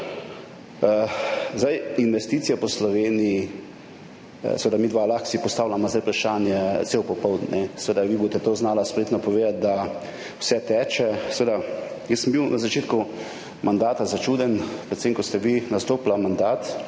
investicije po Sloveniji … Seveda, midva si lahko postavljava zdaj vprašanje cel popoldan, vi boste seveda to znali spretno povedati, da vse teče. Seveda, jaz sem bil na začetku mandata začuden, predvsem, ko ste vi nastopili mandat,